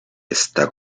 está